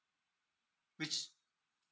which